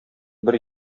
бер